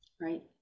Right